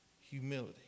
Humility